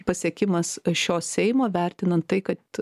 pasiekimas šio seimo vertinant tai kad